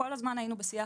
כל הזמן היינו בשיח,